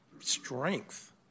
strength